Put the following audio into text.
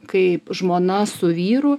kaip žmona su vyru